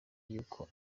yuko